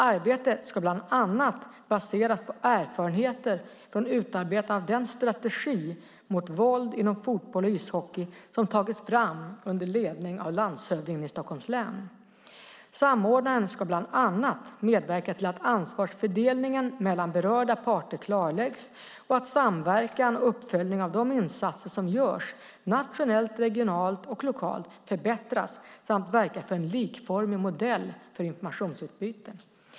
Arbetet ska bland annat baseras på erfarenheter från utarbetandet av den strategi mot våld inom fotboll och ishockey som tagits fram under ledning av landshövdingen i Stockholms län. Samordnaren ska bland annat medverka till att ansvarsfördelningen mellan berörda parter klarläggs och att samverkan och uppföljning av de insatser som görs nationellt, regionalt och lokalt förbättras samt verka för en likformig modell för informationsutbyte.